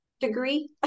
degree